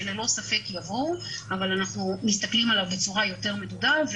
שללא ספק יבואו אבל אנחנו מסתכלים עליו בצורה יותר מדודה.